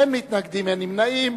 אין מתנגדים, אין נמנעים.